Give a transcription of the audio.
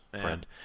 friend